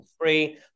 free